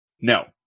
No